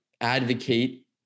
advocate